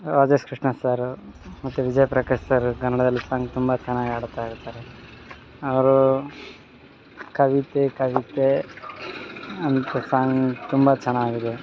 Rajesh Krishna sir ಮತ್ತು Vijay Prakash sir ಕನ್ನಡದಲ್ಲಿ song ತುಂಬ ಚೆನ್ನಾಗ್ ಹಾಡ್ತಾ ಇರ್ತಾರೆ ಅವರು ಕವಿತೆ ಕವಿತೆ ಅಂತ ಸಾಂಗ್ ತುಂಬ ಚೆನ್ನಾಗ್ ಇದೆ